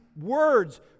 words